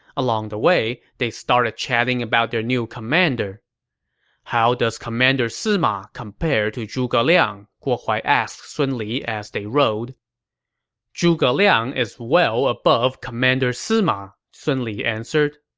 along the way, they started chatting about their new commander how does commander sima compare to zhuge liang? guo huai asked sun li as they rode zhuge liang is well above commander sima, sun li answered